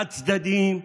חד-צדדיים,